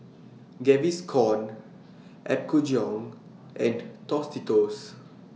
Gaviscon Apgujeong and Tostitos